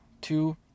two